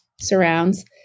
surrounds